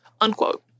unquote